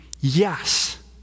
Yes